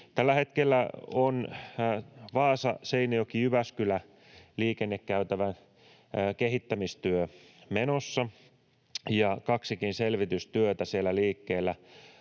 Tällä hetkellä on Vaasa—Seinäjoki—Jyväskylä-liikennekäytävän kehittämistyö menossa ja kaksikin selvitystyötä siellä